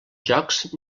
jocs